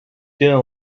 tenen